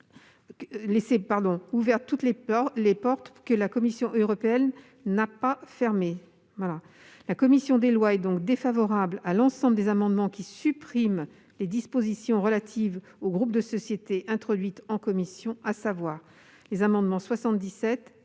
laisser ouvertes toutes les portes qu'elle-même n'a pas fermées. La commission des lois est donc défavorable à l'ensemble des amendements tendant à supprimer les dispositions relatives aux groupes de sociétés introduites en commission, à savoir l'amendement n° 77